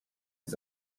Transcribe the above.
his